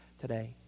today